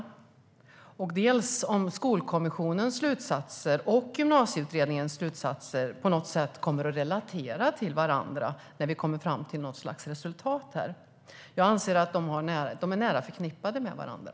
Kommer Skolkommissionens och Gymnasieutredningens slutsatser på något sätt att relatera till varandra när vi kommer fram till något slags resultat? Jag anser att de är nära förknippade med varandra.